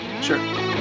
Sure